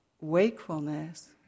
wakefulness